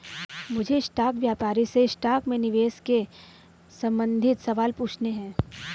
मुझे स्टॉक व्यापारी से स्टॉक में निवेश के संबंधित सवाल पूछने है